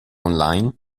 online